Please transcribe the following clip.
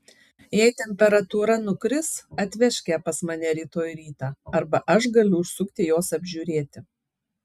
jei temperatūra nukris atvežk ją pas mane rytoj rytą arba aš galiu užsukti jos apžiūrėti